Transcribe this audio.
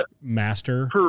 master